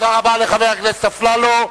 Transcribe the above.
תודה רבה לחבר הכנסת אפללו.